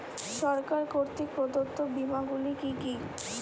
সরকার কর্তৃক প্রদত্ত বিমা গুলি কি কি?